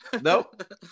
Nope